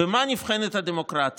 במה נבחנת הדמוקרטיה?